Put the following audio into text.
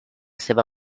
seva